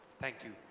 thank you.